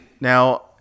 Now